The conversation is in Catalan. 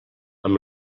amb